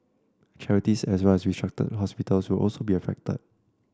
charities as well as restructured hospitals will also be affected